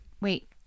wait